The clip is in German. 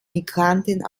migranten